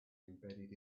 embedded